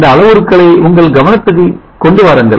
இந்த அளவுருக்களை உங்கள் கவனத்தைக் கொண்டு வாருங்கள்